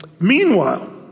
Meanwhile